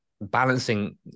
balancing